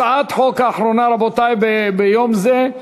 הצעת החוק האחרונה, רבותי, ביום זה,